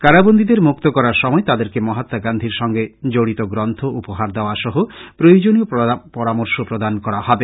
কারাবন্দীদের মুক্ত করার সময় তাদেরকে মহাআ গান্ধীর সংগে জড়িত গ্রন্থ উপহার দেওয়া সহ প্রয়োজনীয় পরামর্শ প্রদান করা হবে